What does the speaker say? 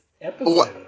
episode